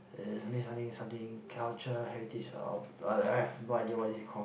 it means something something culture heritage ah I I have no idea what is it called